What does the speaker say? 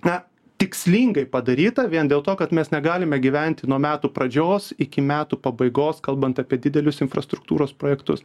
na tikslingai padaryta vien dėl to kad mes negalime gyventi nuo metų pradžios iki metų pabaigos kalbant apie didelius infrastruktūros projektus